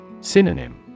Synonym